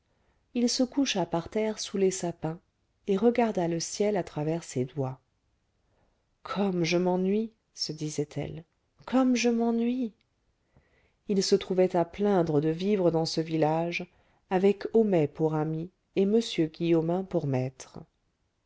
il se coucha par terre sous les sapins et regarda le ciel à travers ses doigts comme je m'ennuie se disait-il comme je m'ennuie il se trouvait à plaindre de vivre dans ce village avec homais pour ami et m guillaumin pour maître